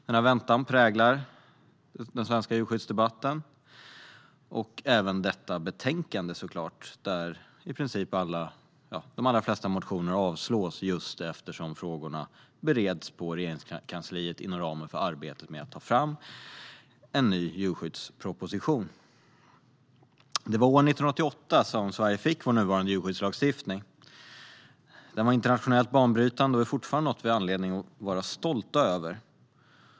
Denna väntan präglar den svenska djurskyddsdebatten och såklart även detta betänkande, där de allra flesta motioner avstyrks just eftersom frågorna bereds i Regeringskansliet inom ramen för arbetet med att ta fram en ny djurskyddsproposition. Det var 1988 som Sverige fick den nuvarande djurskyddslagstiftningen. Den var internationellt banbrytande och är fortfarande något vi har anledning att vara stolta över.